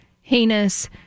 heinous